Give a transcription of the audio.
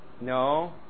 No